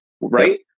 right